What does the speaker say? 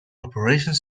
operating